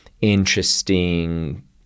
interesting